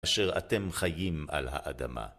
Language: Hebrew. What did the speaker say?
אשר אתם חיים על האדמה.